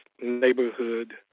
neighborhood